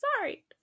sorry